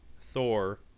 Thor